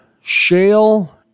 Shale